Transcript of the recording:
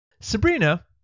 Sabrina